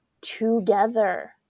together